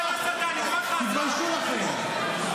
--- תתביישו לכם.